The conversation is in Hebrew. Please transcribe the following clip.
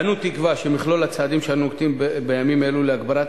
אנו תקווה שמכלול הצעדים שאנו נוקטים בימים אלו להגברת